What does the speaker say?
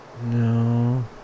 No